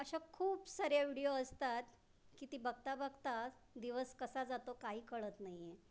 अशा खूप साऱ्या विडिओ असतात की ती बघता बघताच दिवस कसा जातो काही कळत नाही आहे